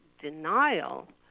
denial